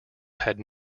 had